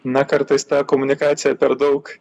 na kartais ta komunikacija per daug